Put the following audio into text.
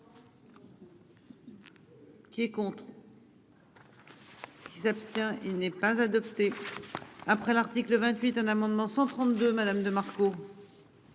Qui compte. Il s'abstient. Il n'est pas adopté. Après l'article 28, un amendement 132 madame de Marco.